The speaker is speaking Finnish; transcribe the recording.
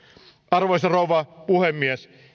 arvoisa rouva puhemies